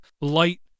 light